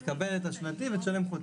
תקבל את השנתי ותשלם חודשי.